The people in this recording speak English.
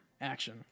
Action